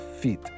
feet